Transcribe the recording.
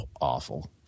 awful